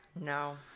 No